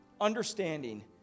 understanding